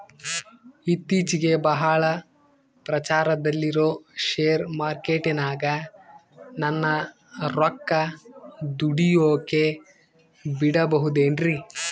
ಇತ್ತೇಚಿಗೆ ಬಹಳ ಪ್ರಚಾರದಲ್ಲಿರೋ ಶೇರ್ ಮಾರ್ಕೇಟಿನಾಗ ನನ್ನ ರೊಕ್ಕ ದುಡಿಯೋಕೆ ಬಿಡುಬಹುದೇನ್ರಿ?